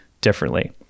differently